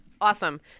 Awesome